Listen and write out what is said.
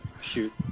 Shoot